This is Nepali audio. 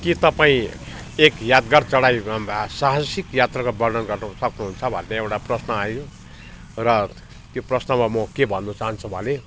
के तपाईँ एक यादगार चढाइ भए साहसिक यात्राको वर्णन गर्नु सक्नुहुन्छ भन्ने एउटा प्रश्न आयो र त्यो प्रश्नमा म के भन्नु चाहन्छु भने